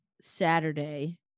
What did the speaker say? saturday